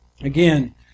Again